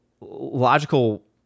logical